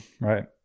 right